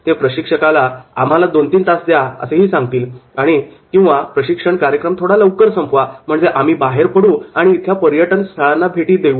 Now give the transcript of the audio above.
ते प्रशिक्षकाला आम्हाला दोन तीन तास द्या असे सांगतील किंवा प्रशिक्षण कार्यक्रम थोडा लवकर संपवा म्हणजे आम्ही बाहेर पडू व इथल्या पर्यटन स्थळांना भेटी देऊ